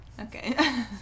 Okay